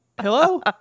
Hello